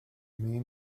mean